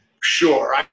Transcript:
Sure